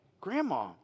Grandma